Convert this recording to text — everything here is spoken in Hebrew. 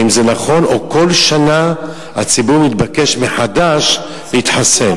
האם זה נכון, או כל שנה הציבור מתבקש מחדש להתחסן?